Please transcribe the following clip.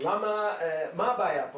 מה הבעיה פה?